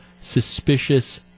suspicious